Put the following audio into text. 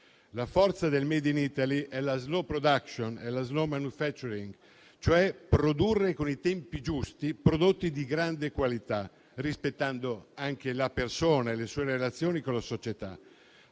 La forza del *made in Italy* è la *slow production* e la *slow manufacturing*, cioè produrre con i tempi giusti prodotti di grande qualità, rispettando anche la persona e le sue relazioni con la società.